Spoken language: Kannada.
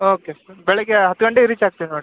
ಓಕೆ ಸರ್ ಬೆಳಗ್ಗೆ ಹತ್ತು ಗಂಟೆಗೆ ರೀಚ್ ಆಗ್ತಿವಿ ನೋಡ್ರಿ